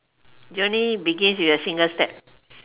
you only begin with a single step